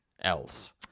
else